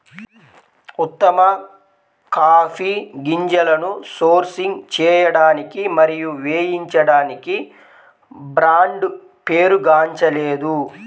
ఉత్తమ కాఫీ గింజలను సోర్సింగ్ చేయడానికి మరియు వేయించడానికి బ్రాండ్ పేరుగాంచలేదు